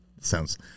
sounds-